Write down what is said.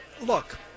look